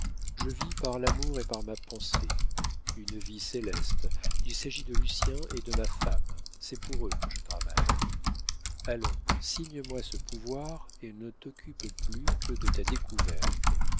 je vis par l'amour et par ma pensée une vie céleste il s'agit de lucien et de ma femme c'est pour eux que je travaille allons signe moi ce pouvoir et ne t'occupe plus que de ta découverte